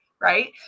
Right